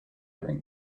during